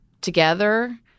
together